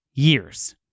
Years